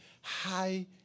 high